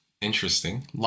Interesting